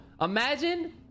imagine